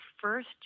first